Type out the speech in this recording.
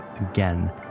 again